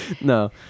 No